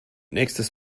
nächstes